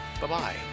Bye-bye